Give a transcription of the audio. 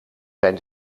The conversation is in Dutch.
zijn